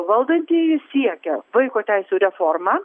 valdantieji siekia vaiko teisių reformą